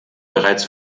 bereits